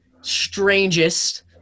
strangest